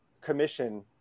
commission